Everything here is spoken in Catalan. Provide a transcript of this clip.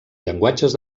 llenguatges